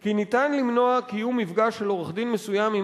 כי ניתן למנוע קיום מפגש של עורך-דין מסוים עם